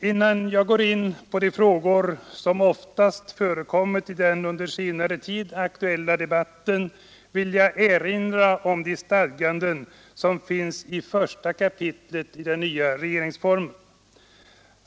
Innan jag går in på de frågor som oftast förekommit i den under senare tid aktuella debatten vill jag erinra om de stadganden som finns i första kapitlet i den nya regeringsformen.